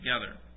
together